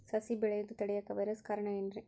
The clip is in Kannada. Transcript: ಸಸಿ ಬೆಳೆಯುದ ತಡಿಯಾಕ ವೈರಸ್ ಕಾರಣ ಏನ್ರಿ?